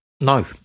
No